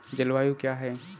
जलवायु क्या है?